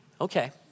okay